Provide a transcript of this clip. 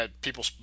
people